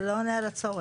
זה לא עונה על הצורך.